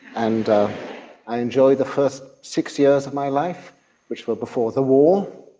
and i enjoyed the first six years of my life which were before the war.